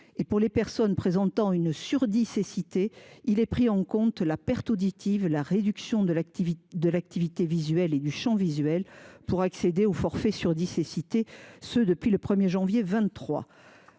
Pour les personnes présentant une surdicécité, sont prises en compte la perte auditive et la réduction de l’activité et du champ visuels pour accéder au forfait surdicécité, et ce depuis le 1 janvier 2023.